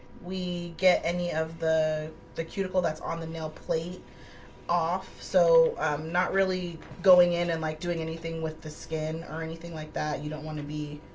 we get any of the the cuticle that's on the nail plate off so not really going in and like doing anything with the skin or anything like that. you don't want to be